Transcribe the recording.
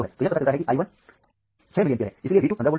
तो यह पता चलता है कि 1 I 2 6 मिली एम्पीयर है इसलिए V 2 15 वोल्ट है